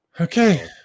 Okay